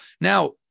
Now